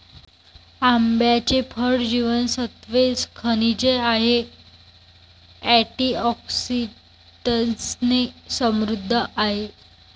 आंब्याचे फळ जीवनसत्त्वे, खनिजे आणि अँटिऑक्सिडंट्सने समृद्ध आहे